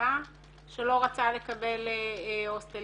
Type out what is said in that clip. בחיפה שלא רצה לקבל הוסטלים.